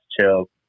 chill